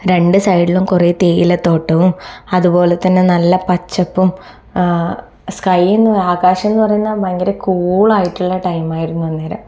രണ്ട് സൈഡിലും കുറേ തേയില തോട്ടവും അതുപോലെ തന്നെ നല്ല പച്ചപ്പും സ്കൈ എന്ന ആകാശമെന്ന് പറയുന്നത് ഭയങ്കര കൂൾ ആയിട്ടുള്ള ടൈം ആയിരുന്നു അന്നേരം